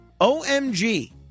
OMG